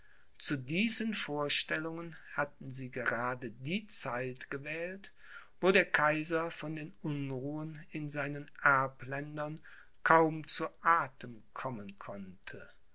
zu diesen vorstellungen hatten sie gerade die zeit gewählt wo der kaiser von den unruhen in seinen erbländern kaum zu athem kommen konnte